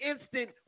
instant